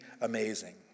amazing